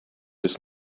just